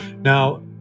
Now